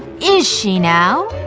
is she now?